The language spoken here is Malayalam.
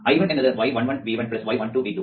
I1 എന്നത് y11 V1 y12 V2